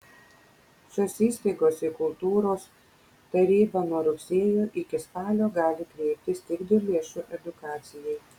šios įstaigos į kultūros tarybą nuo rugsėjo iki spalio gali kreiptis tik dėl lėšų edukacijai